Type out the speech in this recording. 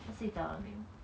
他睡着了没有